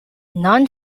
non